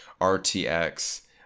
RTX